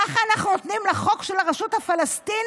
ככה אנחנו נותנים לחוק של הרשות הפלסטינית